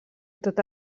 tota